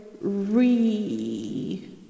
Re